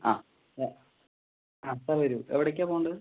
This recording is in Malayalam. ആ ആ ഇപ്പോൾ വരും എവിടെക്കാണ് പോവേണ്ടത്